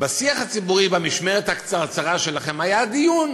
בשיח הציבורי במשמרת הקצרצרה שלכם היה דיון